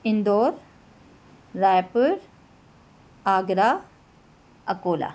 Indore Raipur Agra Akola